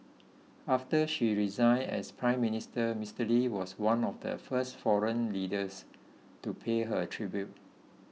after she resigned as Prime Minister Mister Lee was one of the first foreign leaders to pay her tribute